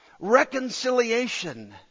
reconciliation